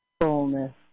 fullness